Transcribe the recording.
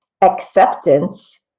acceptance